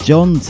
John